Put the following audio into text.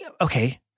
Okay